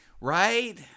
Right